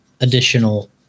additional